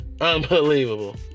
Unbelievable